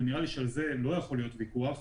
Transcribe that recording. ונראה לי שעל זה לא יכול להיות ויכוח,